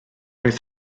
oedd